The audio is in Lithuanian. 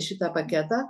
šitą paketą